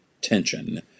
tension